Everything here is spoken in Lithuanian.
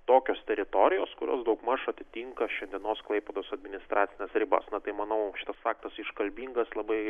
tokios teritorijos kurios daugmaž atitinka šiandienos klaipėdos administracines ribas na tai manau šitas faktas iškalbingas labai